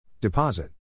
Deposit